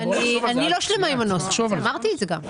אני לא שלמה עם הנוסח, אמרתי את זה גם.